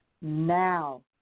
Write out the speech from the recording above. now